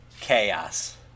chaos